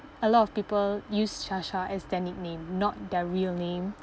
a lot of people use shasha as their nickname not their real name